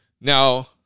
now